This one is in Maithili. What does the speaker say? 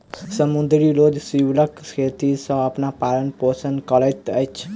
समुद्री लोक सीवरक खेती सॅ अपन पालन पोषण करैत अछि